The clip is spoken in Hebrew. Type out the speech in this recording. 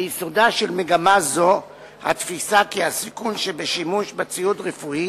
ביסודה של מגמה זו התפיסה כי הסיכון שבשימוש בציוד רפואי